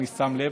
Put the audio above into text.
אני שם לב.